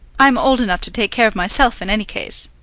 i am old enough to take care of myself, in any case.